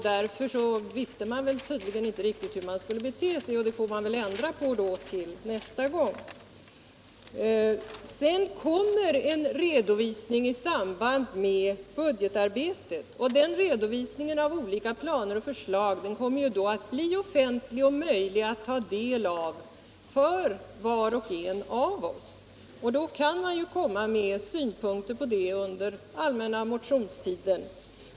Därför visste man tydligen inte riktigt hur man skulle bete sig, och det får man väl ändra på till nästa gång. En redovisning kommer sedan i samband med budgetarbetet. Den redovisningen av olika planer och förslag kommer att bli offentlig och möjlig att ta del av för var och en av oss. Då kan man komma med synpunkter under den allmänna motionstiden.